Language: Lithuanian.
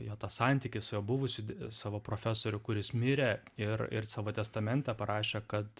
jo tas santykis su jo buvusiu savo profesoriu kuris mirė ir ir savo testamente parašė kad